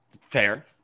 fair